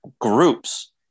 groups